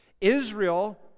Israel